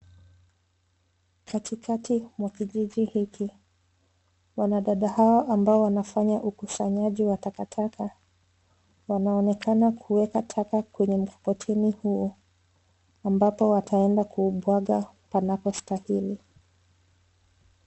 Katikati mwa kijiji hiki wanadada hao ambao wanafa ukusanyaji wa takataka wanaonekana kuweka taka kwenye mikokoteni huo ambapo wataenda kuwaga panapostahili.